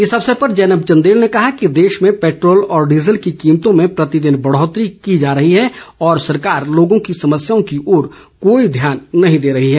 इस अवसर पर जैनब चंदेल ने कहा कि देश में पैट्रोल व डीज़ल की कीमतों में प्रति दिन बढ़ौतरी की जा रही है और सरकार लोगों की समस्याओं की ओर कोई ध्यान नहीं दे रही है